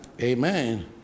Amen